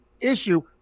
issue